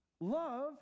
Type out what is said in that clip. Love